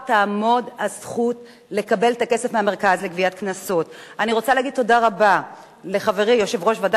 תודה רבה לך, אדוני היושב-ראש,